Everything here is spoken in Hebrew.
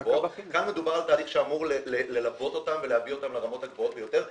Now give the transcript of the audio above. כאן מדובר על תהליך שאמור ללוות אותם ולהביא אותם לרמות הגבוהות ביותר.